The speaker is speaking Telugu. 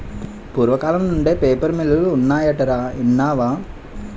పూర్వకాలం నుండే పేపర్ మిల్లులు ఉన్నాయటరా ఇన్నావా